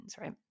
right